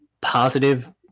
positive